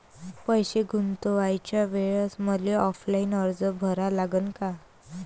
पैसे गुंतवाच्या वेळेसं मले ऑफलाईन अर्ज भरा लागन का?